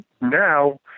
now